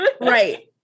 right